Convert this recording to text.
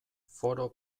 foroeus